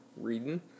reading